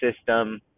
system